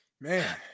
Man